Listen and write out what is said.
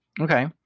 Okay